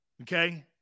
Okay